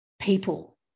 people